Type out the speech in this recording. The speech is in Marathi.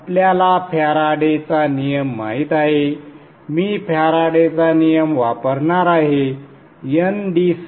आपल्यालाफॅराडे चा नियम माहित आहे मी फॅराडेचा नियम वापरणार आहे NddtLdidt